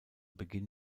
beginn